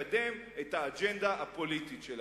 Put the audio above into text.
לקדם את האג'נדה הפוליטית שלכם.